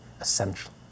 essentially